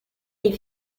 est